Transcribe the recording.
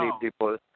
people